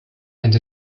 and